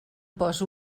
poso